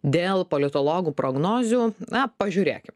dėl politologų prognozių na pažiūrėkim